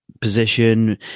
position